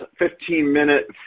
15-minute